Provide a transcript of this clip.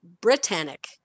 Britannic